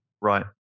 right